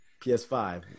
PS5